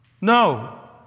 No